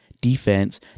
defense